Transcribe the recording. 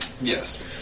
Yes